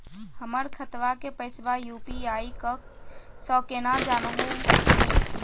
हमर खतवा के पैसवा यू.पी.आई स केना जानहु हो?